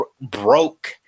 broke